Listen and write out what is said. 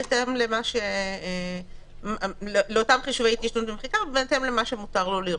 בהתאם לאותם חישובי התיישנות ומחיקה ובהתאם למה שמותר לו לראות.